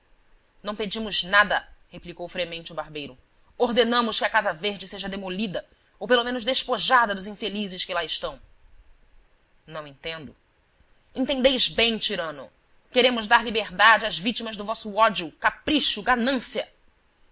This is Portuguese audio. não pedimos nada replicou fremente o barbeiro ordenamos que a casa verde seja demolida ou pelo menos despojada dos infelizes que lá estão não entendo entendeis bem tirano queremos dar liberdade às vítimas do vosso ódio capricho ganância